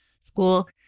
school